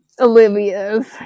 Olivia's